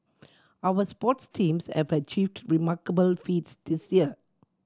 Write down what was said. our sports teams have achieved remarkable feats this year